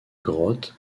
grottes